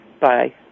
Bye